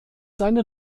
seine